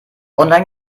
online